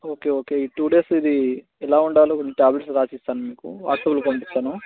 okay okay ఈ two days ఇది ఎలా ఉండాలో కొంచెం ట్యాబ్లెట్స్ రాసిస్తాను మీకు వాట్సాప్లో పంపిస్తాను